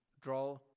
draw